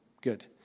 good